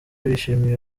bishimiye